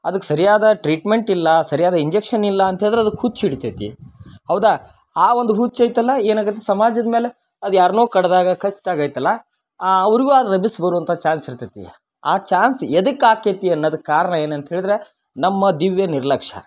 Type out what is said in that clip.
ಅದಕ್ಕೆ ಸರಿಯಾದ ಟ್ರೀಟ್ಮೆಂಟ್ ಇಲ್ಲ ಸರಿಯಾದ ಇಂಜಕ್ಷನ್ ಇಲ್ಲ ಅಂಥೇಳಿದ್ರೆ ಅದಕ್ಕೆ ಹುಚ್ಚು ಹಿಡಿತೈತಿ ಹೌದಾ ಆ ಒಂದು ಹುಚ್ಚು ಐತಲ್ಲ ಏನಾಗುತ್ತೆ ಸಮಾಜದ ಮೇಲೆ ಅದು ಯಾರನ್ನೋ ಕಡಿದಾಗ ಕಚ್ದಾಗ ಐತಲ್ಲ ಅವ್ರಿಗೂ ಆ ರೆಬಿಸ್ ಬರುವಂಥ ಚಾನ್ಸ್ ಇರ್ತೈತಿ ಆ ಚಾನ್ಸ್ ಎದಕ್ಕೆ ಆಕ್ಕೇತಿ ಅನ್ನೋದಕ್ಕೆ ಕಾರಣ ಏನು ಅಂತ ಹೇಳಿದ್ರ ನಮ್ಮ ದಿವ್ಯ ನಿರ್ಲಕ್ಷ್ಯ